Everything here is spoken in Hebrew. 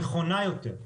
נכונה יותר.